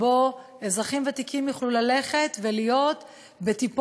ואזרחים ותיקים יוכלו ללכת לטיפות-זהב,